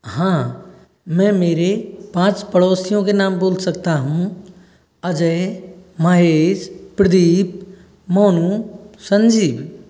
हाँ मैं मेरे पाँच पड़ोसियों के नाम बोल सकता हूँ अजय महेश प्रदीप मोनू संजीव